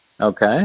Okay